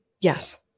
Yes